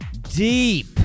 deep